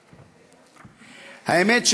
האמת,